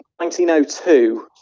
1902